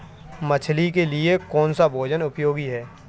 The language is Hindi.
मछली के लिए कौन सा भोजन उपयोगी है?